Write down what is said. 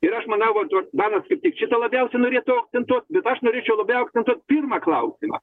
ir aš manau vat dur danas kaip tik šito labiausiai norėtų akcentuot bet aš norėčiau labiau akcentuot pirmą klausimą